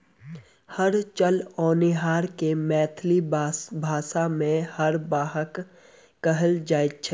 हर चलओनिहार के मैथिली भाषा मे हरवाह कहल जाइत छै